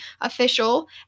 official